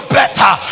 better